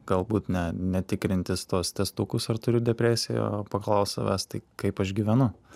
galbūt ne ne tikrintis tuos testukus ar turiu depresiją o paklaust savęs tai kaip aš gyvenu